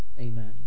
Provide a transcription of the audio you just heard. Amen